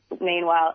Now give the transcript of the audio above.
meanwhile